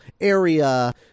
area